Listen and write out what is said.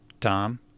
Tom